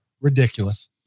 ridiculous